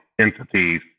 entities